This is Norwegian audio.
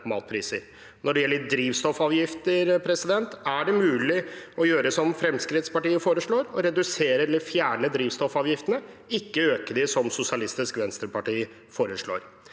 Når det gjelder drivstoffavgifter, er det mulig å gjøre som Fremskrittspartiet foreslår, å redusere eller fjerne drivstoffavgiftene – og ikke øke dem, som Sosialistisk Venstreparti foreslår.